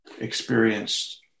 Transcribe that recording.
experienced